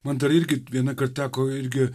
man dar irgi vienąkart teko irgi